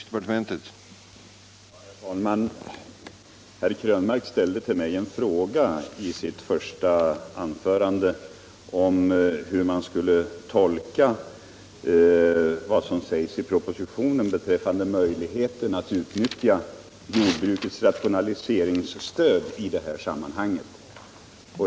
Herr talman! Herr Krönmark ställde i sitt första anförande till mig en fråga om hur man skulle tolka vad som sägs i propositionen beträffande möjligheterna att utnyttja jordbrukets rationaliseringsstöd i det här sammanhanget.